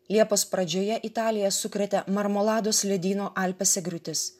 liepos pradžioje italiją sukrėtė marmoladus ledyno alpėse griūtis